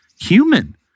human